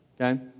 Okay